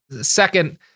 Second